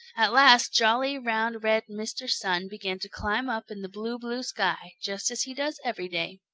at last jolly, round, red mr. sun began to climb up in the blue, blue sky, just as he does every day.